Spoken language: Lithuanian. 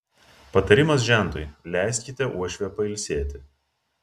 patarimas žentui leiskite uošvę pailsėti